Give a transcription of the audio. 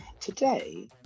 Today